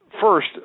first